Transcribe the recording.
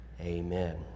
Amen